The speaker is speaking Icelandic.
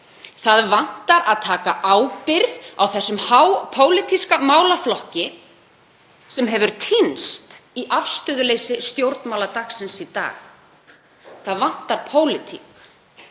Það vantar að taka ábyrgð á þessum hápólitíska málaflokki sem hefur týnst í afstöðuleysi stjórnmála dagsins í dag. Það vantar pólitík.